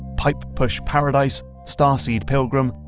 pipe push paradise, starseed pilgrim,